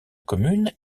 commune